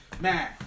Man